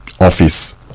office